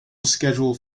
schedule